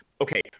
Okay